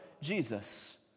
Jesus